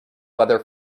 weather